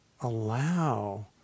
allow